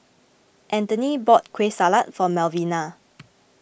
Anthoney bought Kueh Salat for Malvina